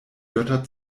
götter